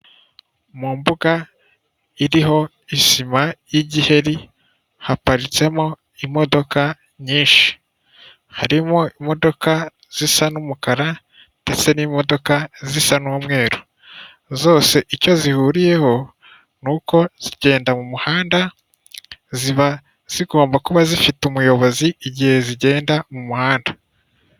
Mu mbuga iriho isima y'igiri haparitsemo imodoka nyinshi harimo imodoka zisa n'umukara ndetse n'imodoka zisa n'umweru ,zose icyo zihuriyeho n'uko zigenda mu muhanda ziba zigomba kuba zifite umuyobozi igihe zigenda mu muhanda.